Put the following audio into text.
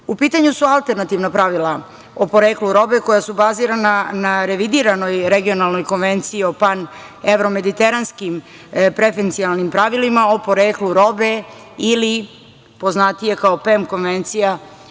pitanju su alternativna pravila o poreklu robe koja su bazirana na revidiranoj regionalnog konvenciji o panevromediteranskim prefenkcionalnim pravilima o poreklu robe ili poznatije, kao PEM konvencija